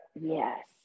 yes